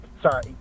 sorry